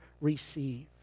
receive